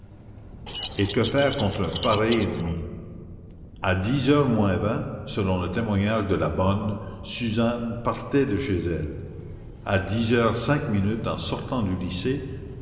et que faire contre un pareil ennemi à dix heures moins vingt selon le témoignage delà bonne suzanne partait de chez elle à dix heures cinq minutes en sortant du lycée